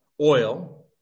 oil